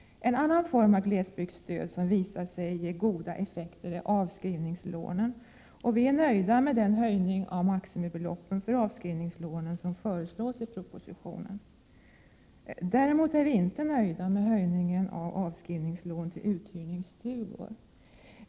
En annan form av glesbygdsstöd, som visat sig ge goda effekter, är avskrivningslånen. Vi är nöjda med den höjning av maximibeloppen för avskrivningslånen som föreslås i propositionen. Däremot är vi inte nöjda med höjningen av avskrivningslån till uthyrningsstugor.